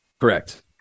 Correct